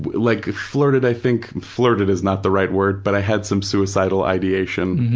like flirted, i think, flirted is not the right word, but i had some suicidal ideation,